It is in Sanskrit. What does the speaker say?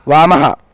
वामः